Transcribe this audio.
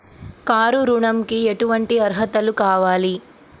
Car ఋణంకి ఎటువంటి అర్హతలు కావాలి?